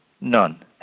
None